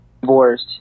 divorced